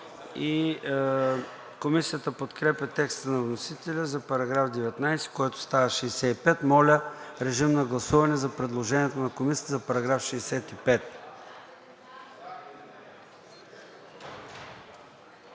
Комисията подкрепя текста на вносителя за § 19, който става § 65. Моля, режим на гласуване за предложението на Комисията за § 65.